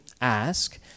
ask